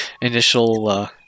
initial